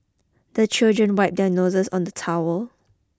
the children wipe their noses on the towel